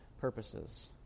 purposes